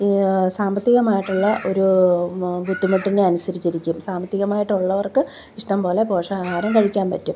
ഈ സാമ്പത്തികമായിട്ടുള്ള ഒരൂ ബുദ്ധിമുട്ടിനെ അനുസരിച്ചിരിക്കും സാമ്പത്തികമായിട്ടുള്ളവർക്ക് ഇഷ്ടം പോലെ പോഷകാഹാരം കഴിക്കാം പറ്റും